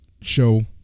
show